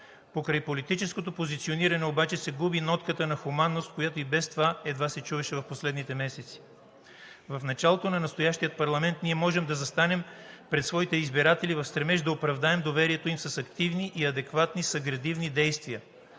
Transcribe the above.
Покрай политическото позициониране обаче се губи нотката на хуманност, която и без това едва се чуваше в последните месеци. В началото на настоящия парламент ние можем да застанем пред своите избиратели в стремеж да оправдаем доверието им с активни и адекватни съградивни действия.